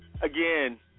Again